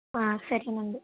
సరేనండి